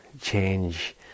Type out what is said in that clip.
change